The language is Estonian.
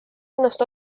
ennast